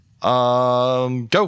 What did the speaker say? Go